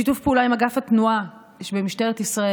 שיתוף פעולה עם אגף התנועה שבמשטרת ישראל.